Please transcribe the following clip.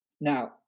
Now